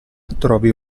trovi